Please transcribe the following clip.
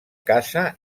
casa